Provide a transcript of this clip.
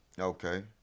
Okay